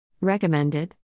Recommended